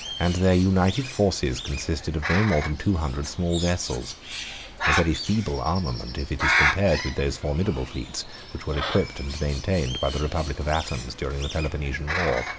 and their united forces consisted of no more than two hundred small vessels a very feeble armament, if it is compared with those formidable fleets which were equipped and maintained by the republic of athens during the peloponnesian war.